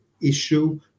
issue